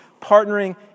Partnering